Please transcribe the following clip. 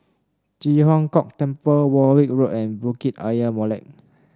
Ji Huang Kok Temple Warwick Road and Bukit Ayer Molek